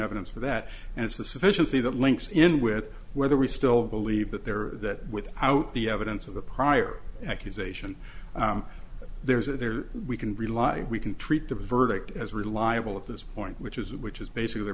evidence for that as the sufficiency that links in with whether we still believe that there are that without the evidence of the prior accusation there's a there we can rely we can treat the verdict as reliable at this point which is which is basically